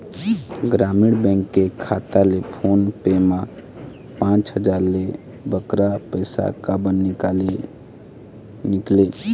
ग्रामीण बैंक के खाता ले फोन पे मा पांच हजार ले बगरा पैसा काबर निकाले निकले?